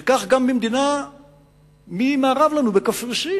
זה כך גם במדינה ממערב לנו, בקפריסין.